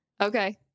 Okay